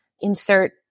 insert